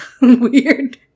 weird